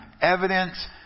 evidence